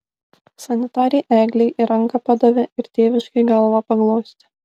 sanitarei eglei ir ranką padavė ir tėviškai galvą paglostė